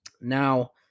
Now